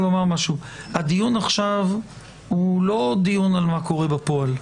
הדיון עכשיו הוא לא דיון על מה קורה בפועל,